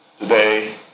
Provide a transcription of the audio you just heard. today